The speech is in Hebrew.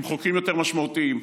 עם חוקרים יותר משמעותיים,